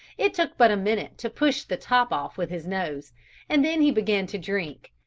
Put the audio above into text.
it took but a minute to push the top off with his nose and then he began to drink.